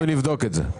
אנחנו נבדוק את זה.